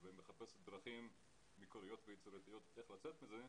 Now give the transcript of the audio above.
ומחפשת דרכים מקוריות ויצירתיות איך לצאת מהמצב הזה,